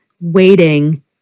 waiting